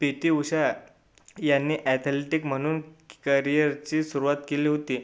P T Usha यांनी athletic म्हणून करिअरची सुरुवात केली होती